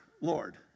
Lord